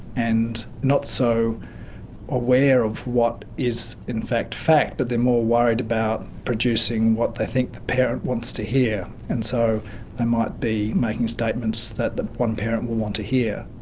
and not so aware of what is in fact fact, but they're more worried about producing what they think the parent wants to hear. and so they might be making statements that one parent will want to hear.